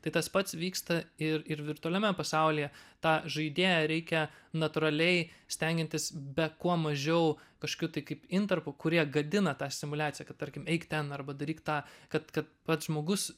tai tas pats vyksta ir ir virtualiame pasaulyje tą žaidėją reikia natūraliai stengiantis be kuo mažiau kažkokių tai kaip intarpų kurie gadina tą simuliaciją kad tarkim eik ten arba daryk tą kad kad pats žmogus